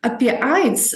apie aids